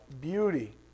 beauty